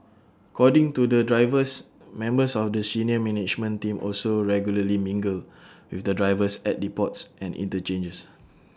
according to the drivers members of the senior management team also regularly mingle with the drivers at depots and interchanges